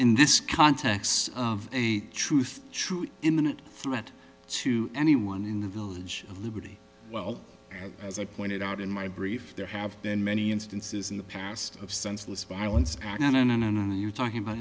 in this context of a truth true imminent threat to anyone in the village of liberty well as i pointed out in my brief there have been many instances in the past of senseless violence and on and on and on the you're talking about